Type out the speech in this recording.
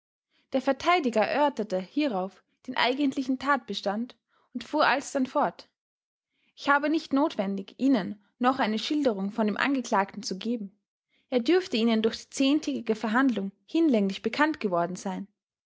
der verteidiger erörterte hierauf den eigentlichen tatbestand und fuhr alsdann fort ich habe nicht notwendig ihnen noch eine schilderung von dem angeklagten zu geben er dürfte ihnen durch die zehntägige verhandlung hinlänglich bekanntgeworden sein